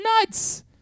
nuts